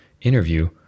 interview